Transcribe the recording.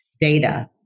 data